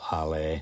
ale